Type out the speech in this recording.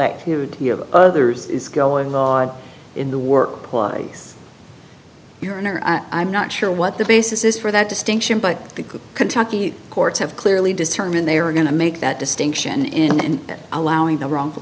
activity of others is going on in the workplace your honor i'm not sure what the basis is for that distinction but the kentucky courts have clearly determined they are going to make that distinction in allowing the wrongful